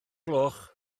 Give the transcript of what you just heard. gloch